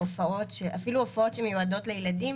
אפילו הופעות שמיועדות לילדים